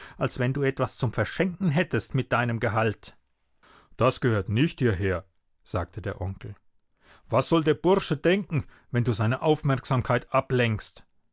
als wenn du etwas zum verschenken hättest mit deinem gehalt das gehört nicht hierher sagte der onkel was soll der bursche denken wenn du seine aufmerksamkeit ablenkst